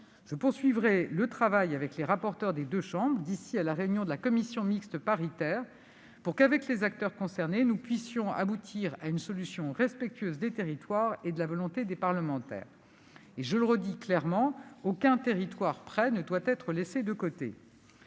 Je poursuivrai le travail avec les rapporteurs des deux chambres d'ici à la réunion de la commission mixte paritaire, pour qu'avec les acteurs concernés nous puissions aboutir à une solution respectueuse des territoires et de la volonté des parlementaires. Je le répète, aucun territoire prêt ne doit être laissé de côté.